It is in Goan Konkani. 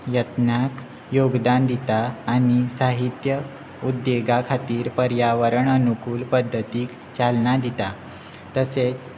यत्नाक योगदान दिता आनी साहित्य उद्देगा खातीर पर्यावरण अनुकूल पद्दतीक चालना दिता तशेंच